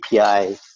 API